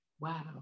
Wow